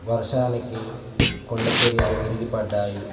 వర్షానికి కొండచర్యలు విరిగిపడ్డాయి